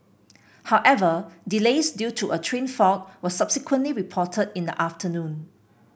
however delays due to a train fault were subsequently reported in the afternoon